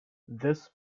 this